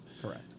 Correct